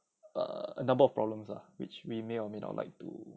err a number of problems lah which we may or may not like to